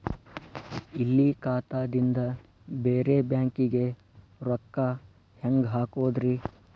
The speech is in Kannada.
ಇಲ್ಲಿ ಖಾತಾದಿಂದ ಬೇರೆ ಬ್ಯಾಂಕಿಗೆ ರೊಕ್ಕ ಹೆಂಗ್ ಹಾಕೋದ್ರಿ?